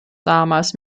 damals